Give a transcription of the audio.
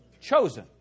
chosen